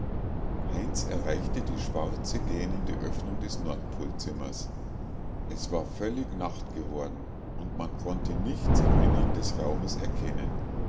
heinz erreichte die schwarz gähnende öffnung des nordpolzimmers es war völlig nacht geworden und man konnte nichts im innern des raumes erkennen